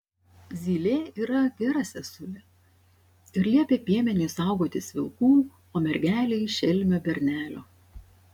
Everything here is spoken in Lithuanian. zylė yra gera sesulė ir liepia piemeniui saugotis vilkų o mergelei šelmio bernelio